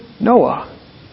Noah